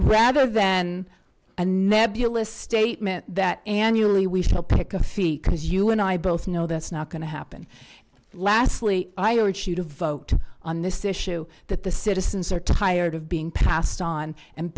rather than a nebulous statement that annually we shall pick a fee because you and i both know that's not going to happen lastly i urge you to vote on this issue that the citizens are tired of being passed on and